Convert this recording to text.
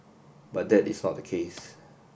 but that is not the case